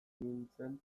zikintzen